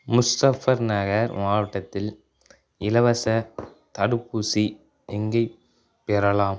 முஸ்தஃபர் நகர் மாவட்டத்தில் இலவசத் தடுப்பூசி எங்கே பெறலாம்